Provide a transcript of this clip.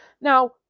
Now